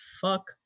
fuck